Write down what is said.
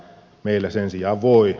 meillä sen sijaan voi